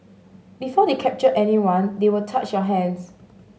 before they captured anyone they would touch your hands